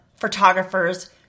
photographers